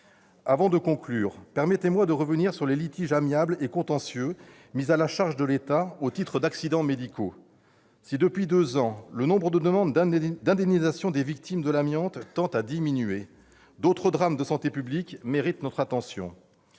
Avant de conclure, permettez-moi de revenir sur les litiges amiables et contentieux mis à la charge de l'État au titre d'accidents médicaux. Si, depuis deux ans, le nombre de demandes d'indemnisation des victimes de l'amiante tend à diminuer, d'autres drames de santé publique méritent toute notre attention.